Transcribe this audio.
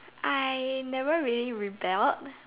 I never really rebelled